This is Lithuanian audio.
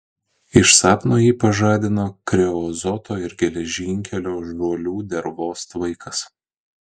iš sapno jį pažadino kreozoto ir geležinkelio žuolių dervos tvaikas